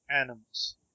animals